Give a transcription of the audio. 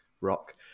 rock